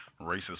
racist